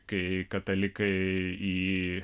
kai katalikai į